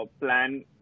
plan